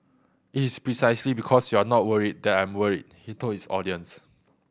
it is precisely because you are not worried that I am worried he told his audience